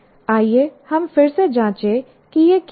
आइए हम फिर से जांचें कि यह क्या है